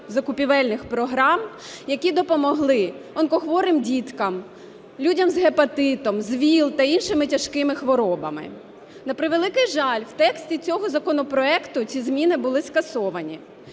закупівельних програм, які допомогли онкохворим діткам, людям з гепатитом, з ВІЛ та іншими тяжкими хворобами. На превеликий жаль, у тексті цього законопроекту ці зміни були скасовані.